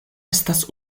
estas